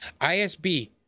ISB